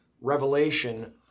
revelation